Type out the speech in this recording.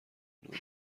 نوعی